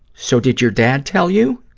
so did your dad tell you?